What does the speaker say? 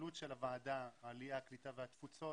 לפעילות של ועדת העלייה, הקליטה והתפוצות.